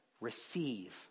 receive